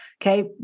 Okay